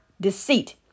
deceit